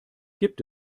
gibt